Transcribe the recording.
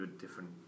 different